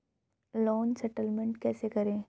Loan settlement कैसे करें?